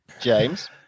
James